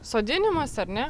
sodinimas ar ne